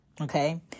Okay